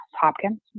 Hopkins